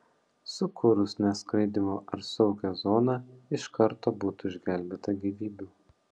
sukūrus neskraidymo ar saugią zoną iš karto būtų išgelbėta gyvybių